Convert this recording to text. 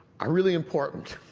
are really important.